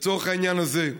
לצורך העניין הזה.